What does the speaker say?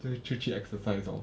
就是去 exercise lor